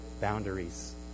boundaries